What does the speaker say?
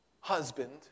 husband